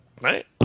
Right